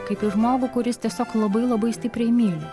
kaip į žmogų kuris tiesiog labai labai stipriai myli